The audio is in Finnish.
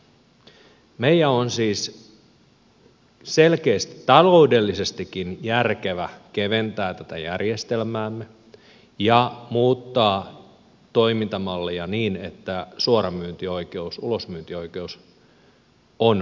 meidän on siis selkeästi taloudellisestikin järkevä keventää tätä järjestelmäämme ja muuttaa toimintamalleja niin että suoramyyntioikeus ulosmyyntioikeus on mahdollista